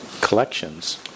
collections